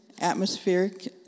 atmospheric